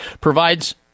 provides